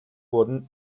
wurden